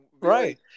right